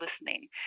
listening